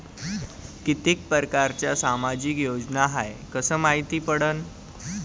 कितीक परकारच्या सामाजिक योजना हाय कस मायती पडन?